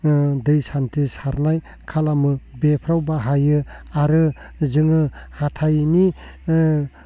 दै सान्थि सारनाय खालामो बेफ्राव बाहायो आरो जोङो हाथायनि